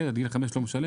ילד עד גיל חמש לא משלם,